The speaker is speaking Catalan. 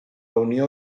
unió